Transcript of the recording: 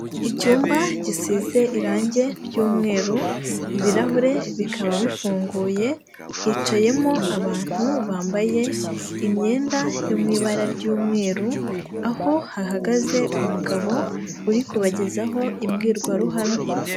icyumba gisize irangi ry'umweru, ibirahure bikaba bifunguye hicayemo abantu bambaye imyenda yo mu ibara ry'umweru, aho hahagaze umugabo uri kubagezaho imbwirwaruhame.